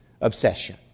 obsession